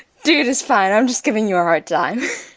dude it's fine i'm just giving you a hard time.